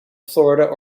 florida